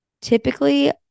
typically